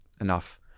enough